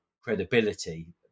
credibility